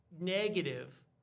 negative